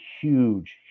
huge